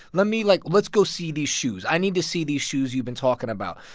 let me like, let's go see these shoes. i need to see these shoes you've been talking about.